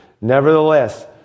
Nevertheless